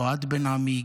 אוהד בן עמי,